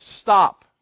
Stop